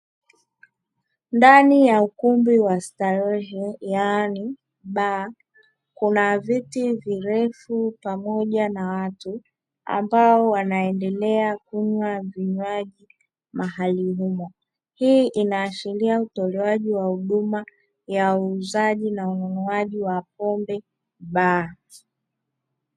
Ndani ya ukumbi wa starehe yaani baa, kuna viti virefu pamoja na watu, ambao wanaendelea kunywa vinywaji mahali humo. Hii inaashiria utolewaji wa huduma ya uuzaji na ununuaji wa pombe, baa.